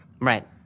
right